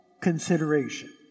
consideration